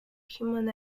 human